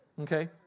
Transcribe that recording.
Okay